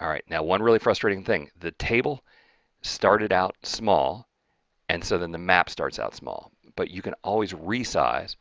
all right now, one really frustrating thing, the table started out small and so then the map starts out small but you can always resize